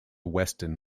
weston